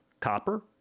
Copper